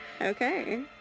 Okay